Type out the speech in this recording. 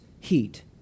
heat